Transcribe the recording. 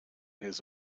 his